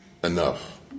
Enough